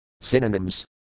Synonyms